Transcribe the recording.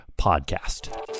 podcast